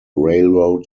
railroad